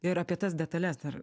ir apie tas detales dar